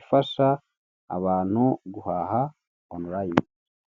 ifasha abantu guhaha onurayini.